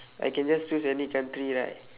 I can just choose any country right